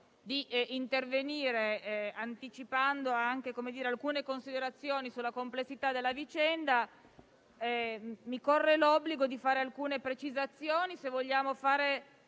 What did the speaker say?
di intervenire, anticipando anche alcune considerazioni sulla complessità della vicenda, mi corre l'obbligo di fare alcune precisazioni,